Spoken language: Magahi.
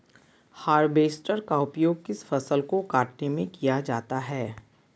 हार्बेस्टर का उपयोग किस फसल को कटने में किया जाता है?